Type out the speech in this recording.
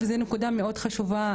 וזאת נקודה מאוד חשובה,